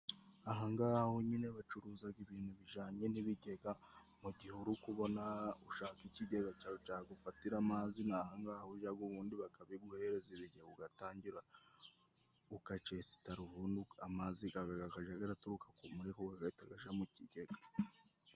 Ahangaha ho nyine bacuruzaga ibintu bijanye n'ibigega mu gihe uri kubona ushaka ikigega cyawe, cyagufatira amazi. Ni ahangaha ujaga ubundi bakabiguhereza igihe ugatangira, ukacesitara ubundi amazi gawe, gagaja garaturuka ku mureko gagahita gaja mu kigega.